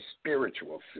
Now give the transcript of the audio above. spiritual